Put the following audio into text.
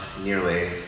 nearly